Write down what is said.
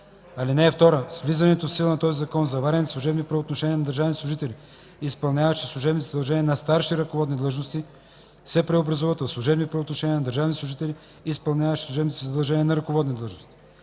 (2) С влизането в сила на този закон заварените служебни правоотношения на държавните служители, изпълняващи служебните си задължения на старши ръководни длъжности, се преобразуват в служебни правоотношения на държавни служители, изпълняващи служебните си задължения на ръководни длъжности.